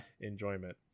enjoyment